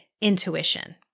intuition